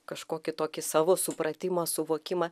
kažkokį tokį savo supratimą suvokimą